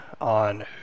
on